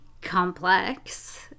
complex